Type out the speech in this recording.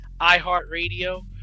iHeartRadio